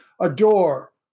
adore